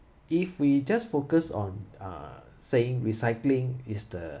if we just focus on uh saying recycling is the